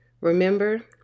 Remember